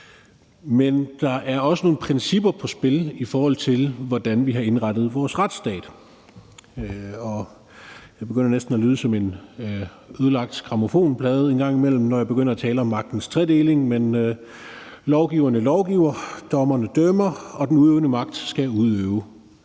Men der er også nogle principper på spil, i forhold til hvordan vi har indrettet vores retsstat. Jeg begynder næsten at lyde som en ødelagt grammofonplade en gang imellem, når jeg begynder at tale om magtens tredeling; lovgiverne lovgiver, dommerne dømmer, og den udøvende magt skal udøve.